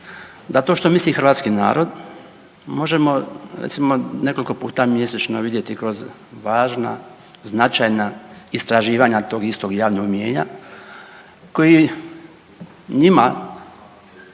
da to što misli hrvatski narod možemo, recimo, nekoliko puta mjesečno vidjeti kroz važna značajna istraživanja tog istog javnog mnijenja koji njima